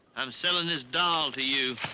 i'm selling this doll to you.